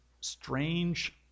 strange